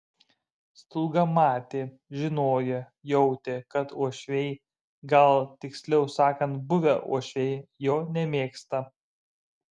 stulga matė žinojo jautė kad uošviai gal tiksliau sakant buvę uošviai jo nemėgsta